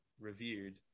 reviewed